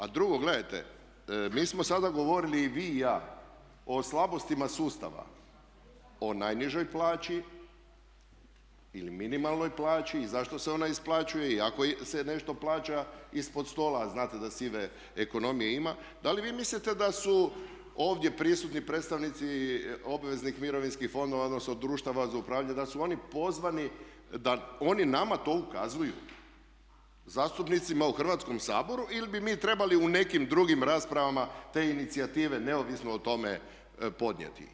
A drugo, gledajte mi smo sada govorili i vi i ja o slabostima sustava, o najnižoj plaći ili minimalnoj plaći i zašto se ona isplaćuje i ako se nešto plaća ispod stola, a znate da sive ekonomije ima, da li vi mislite da su ovdje prisutni predstavnici obveznih mirovinskih fondova, odnosno društava za upravljanje, da su oni pozvani da oni nama to ukazuju zastupnicima u Hrvatskom saboru ili bi mi trebali u nekim drugim raspravama te inicijative neovisno o tome podnijeti?